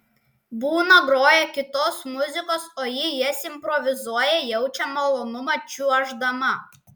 būna groja kitos muzikos o ji jas improvizuoja jaučia malonumą čiuoždama